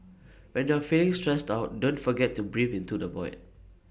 when you are feeling stressed out don't forget to breathe into the void